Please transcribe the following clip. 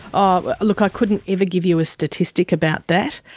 oh, look i couldn't ever give you a statistic about that,